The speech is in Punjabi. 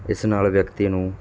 ਇਸ ਨਾਲ ਵਿਅਕਤੀ ਨੂੰ